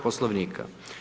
Poslovnika.